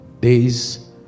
days